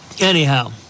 Anyhow